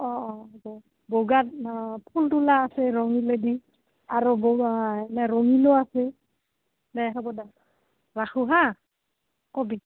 অঁ অঁ হ'ব বগাত অঁ ফুলতোলা আছে ৰঙিলে দি আৰু বোৱা ৰঙিলো আছে দে হ'ব দে ৰাখো হাঁ ক'বি